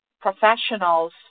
professionals